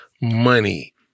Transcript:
money